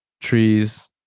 trees